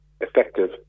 effective